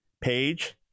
page